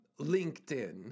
LinkedIn